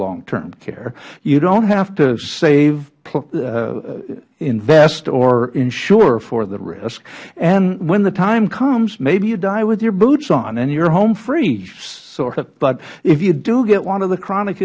long term care you dont have to save invest or insure for the risk and when the time comes may be you die with your boots on and you are home free but if you do get one of the chronic